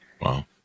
Wow